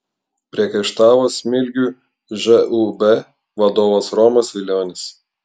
priekaištavo smilgių žūb vadovas romas vilionis